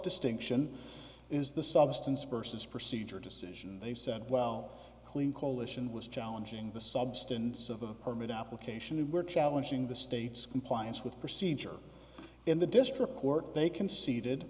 distinction is the substance versus procedure decision and they said well clean coalition was challenging the substance of the permit application and we're challenging the state's compliance with procedure in the district court they conceded